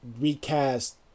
recast